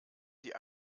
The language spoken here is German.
sie